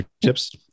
tips